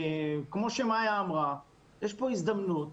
כמו שמיה אמרה, יש פה הזדמנות